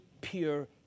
pure